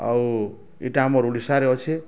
ଆଉ ଇଟା ଆମର୍ ଓଡ଼ିଶାରେ ଅଛି